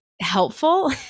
helpful